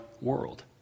world